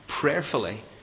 Prayerfully